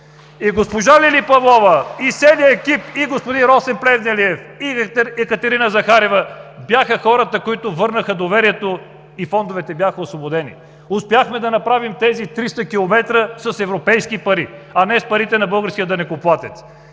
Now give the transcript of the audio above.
И госпожа Лили Павлова, и целият й екип, и господин Росен Плевнелиев, и Екатерина Захариева бяха хората, които върнаха доверието и фондовете бяха освободени. Успяхме да направим тези 300 км с европейски пари, а не с парите на българския данъкоплатец.